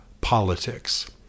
politics